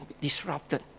disrupted